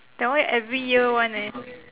that one every year [one] eh